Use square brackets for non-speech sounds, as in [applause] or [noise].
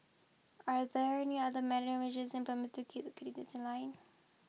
are there any other [unintelligible] implemented candidates in line